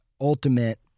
ultimate